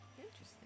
Interesting